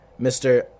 Mr